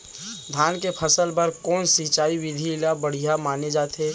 धान के फसल बर कोन सिंचाई विधि ला बढ़िया माने जाथे?